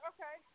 Okay